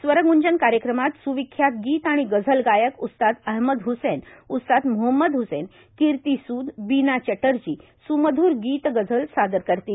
स्वरग्ंजन कार्यक्रमात स्विख्यात गीत आणि गझल गायक उस्ताद अहमद ह्सैन उस्ताद मोहम्मद ह्सैन कीर्ती सूद बिना चॅटर्जी सुमध्र गीत गजल सादर करतील